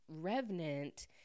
revenant